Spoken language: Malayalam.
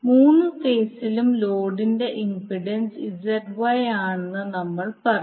മൂന്ന് ഫേസിലും ലോഡിന്റെ ഇംപെഡൻസ് ZY ആണെന്ന് നമ്മൾ പറയും